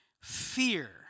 fear